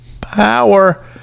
power